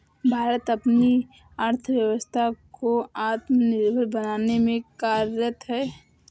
भारत अपनी अर्थव्यवस्था को आत्मनिर्भर बनाने में कार्यरत है